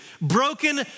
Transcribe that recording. broken